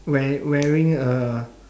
wear wearing uh